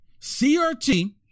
CRT